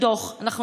דוח של מאות שקלים.